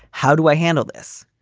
how do i handle this?